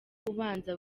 ubanza